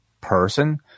person